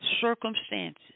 circumstances